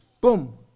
boom